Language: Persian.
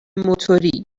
موتوری